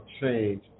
change